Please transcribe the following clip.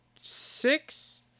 six